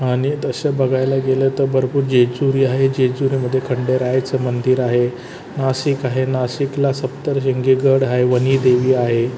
आणि तसे बघायला गेलं तर भरपूर जेजुरी आहे जेजुरीमध्ये खंडेरायाचं मंदिर आहे नाशिक आहे नाशिकला सप्तश्रृंगीगड आहे वणी देवी आहे